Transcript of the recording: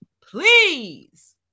please